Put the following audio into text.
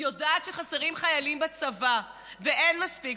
יודע שחסרים חיילים בצבא ואין מספיק.